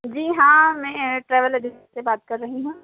جی ہاں میں travel agency سے بات کر رہی ہوں